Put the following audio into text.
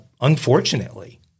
unfortunately